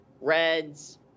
reds